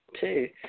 Two